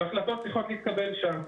והחלטות צריכות להתקבל שם.